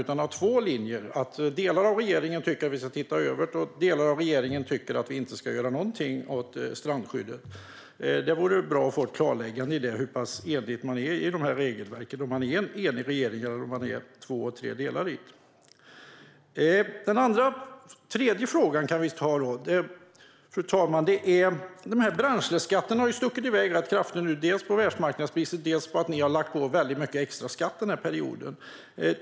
Har man två linjer? Delar av regeringen tycker att vi ska se över och delar av regeringen tycker att vi inte ska göra någonting åt strandskyddet? Det vore bra att få ett klarläggande om hur pass enig man är om dessa regelverk, om man är en enig regering eller om man uppdelad i två delar. Fru talman! Den tredje frågan gäller bränsleskatten som har ökat rätt kraftigt, dels beroende på världsmarknadsprisen, dels beroende på att ni har lagt på väldigt många extraskatter under den här perioden.